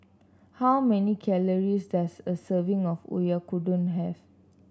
how many calories does a serving of Oyakodon have